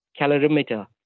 calorimeter